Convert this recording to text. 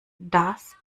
das